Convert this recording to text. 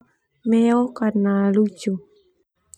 Meo karena lucu.